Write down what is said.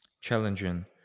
Challenging